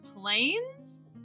planes